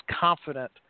confident